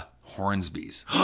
Hornsby's